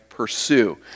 pursue